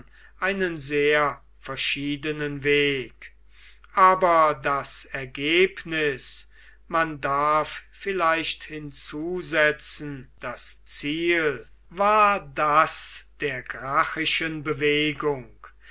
einen sehr verschiedenen weg aber das ergebnis man darf vielleicht hinzusetzen das ziel war das der gracchischen bewegung